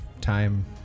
time